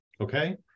Okay